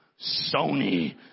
Sony